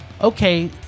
okay